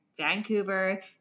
Vancouver